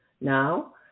Now